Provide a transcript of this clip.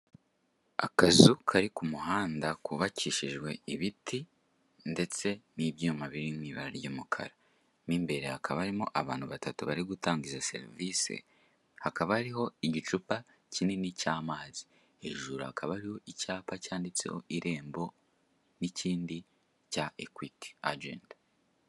Akazi kari ku muhanda, kubakishijwe ibiti, ndetse n'ibyuma biri mu ibara ry'umukara. Mo imbere hakaba harimo abantu batatu bari gutanga izo serivise, hakaba hariho igicupa kinini cy'amazi. Hejuru hakaba hariho icyapa kinini cy'irembo, n'ikindi cya equity agent.